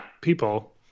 people